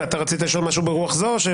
רצית לשאול משהו ברוח זו?